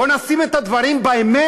בואו נשים את הדברים באמת.